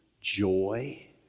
joy